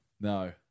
No